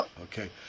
Okay